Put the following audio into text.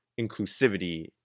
inclusivity